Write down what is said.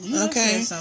okay